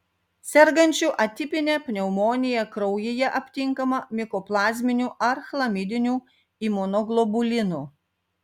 sergančių atipine pneumonija kraujyje aptinkama mikoplazminių ar chlamidinių imunoglobulinų